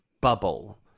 bubble